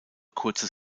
kurze